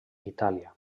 itàlia